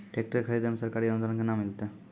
Tractor खरीदै मे सरकारी अनुदान केना मिलतै?